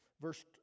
Verse